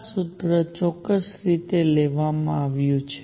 આ સૂત્ર ચોક્કસ રીતે લેવામાં આવ્યું છે